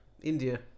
India